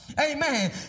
Amen